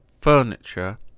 furniture